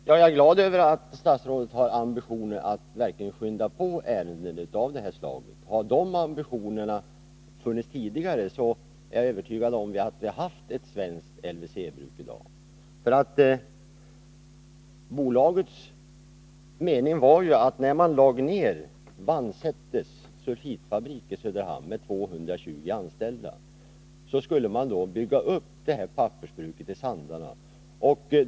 Herr talman! Jag är glad över att statsrådet har ambitioner att verkligen skynda på ärenden av det här slaget. Hade sådana ambitioner funnits tidigare, är jag övertygad om att vi haft ett svenskt LWC-bruk i dag. Bolagets mening var ju att när Vannsäters sulfitfabrik i Söderhamn med 220 anställda lades ned, så skulle pappersbruket i Sandarne byggas upp.